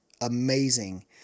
amazing